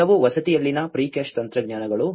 ಇವೆಲ್ಲವೂ ವಸತಿಯಲ್ಲಿನ ಪ್ರಿಕಾಸ್ಟ್ ತಂತ್ರಜ್ಞಾನಗಳು